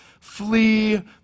Flee